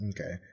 Okay